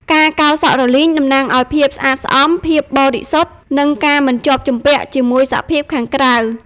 ការកោរសក់រលីងតំណាងឲ្យភាពស្អាតស្អំ ភាពបរិសុទ្ធ និងការមិនជាប់ជំពាក់ជាមួយសភាពខាងក្រៅ។